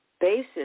Basis